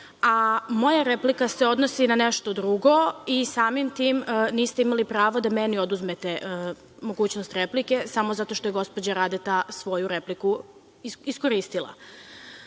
a moja replika se odnosi na nešto drugo i samim tim niste imali pravo da mi oduzmete mogućnost replike samo zato što je gospođa Radeta svoju repliku iskoristila. Htela